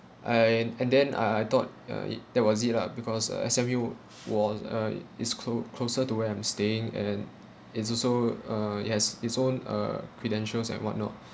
I and then I I thought uh it that was it lah because uh S_M_U was a is clo~ closer to where I'm staying and is also uh it has its own uh credentials and what not